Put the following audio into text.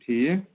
ٹھیٖک